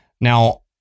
Now